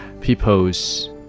people's